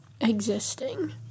existing